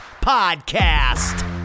Podcast